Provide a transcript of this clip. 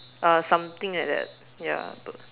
uh something like that ya but